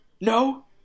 No